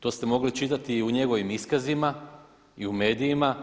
To ste mogli čitati i u njegovim iskazima i u medijima.